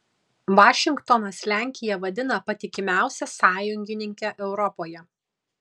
vašingtonas lenkiją vadina patikimiausia sąjungininke europoje